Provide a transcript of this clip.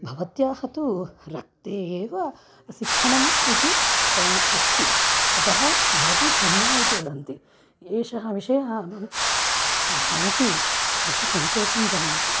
भवत्याः तु रक्ते एव शिक्षणं इति क अस्ति अतः भवती धन्या इति वदन्ति एषः विषयः मम मनसि बहुसन्तोषं जनयति